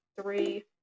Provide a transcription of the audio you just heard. three